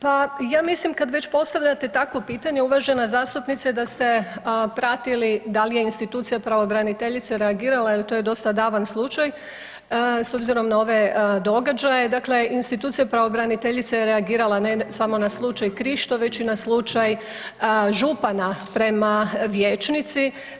Pa ja mislim kad već postavljate takvo pitanje uvažena zastupnice da ste pratili da li je institucija pravobraniteljice reagirala jel to je dosta davan slučaj s obzirom na ove događaje, dakle institucija pravobraniteljice je reagirala ne samo na slučaj Krišto već i na slučaj župana prema vijećnici.